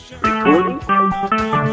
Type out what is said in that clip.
Recording